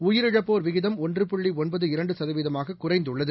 உயிரிழப்போர் விகிதம் ஒன்று புள்ளிஒன்பது இரண்டுசதவீதமாககுறைந்துள்ளது